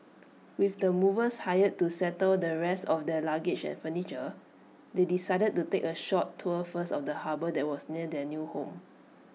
with the movers hired to settle the rest of their luggage and furniture they decided to take A short tour first of the harbour that was near their new home